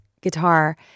guitar